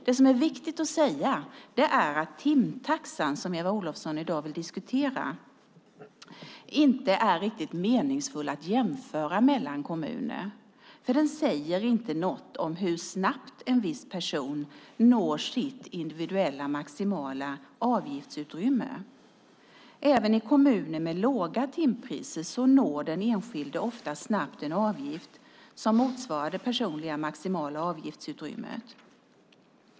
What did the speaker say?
Det är viktigt att säga att timtaxan, som Eva Olofsson i dag vill diskutera, inte är riktigt meningsfull att jämföra mellan kommunerna, för den säger inte någonting om hur snabbt en viss person når sitt individuella maximala avgiftsutrymme. Även i kommuner med låga timpriser når den enskilde ofta snabbt en avgift som motsvarar det personliga maximala avgiftsutrymmet.